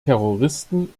terroristen